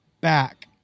back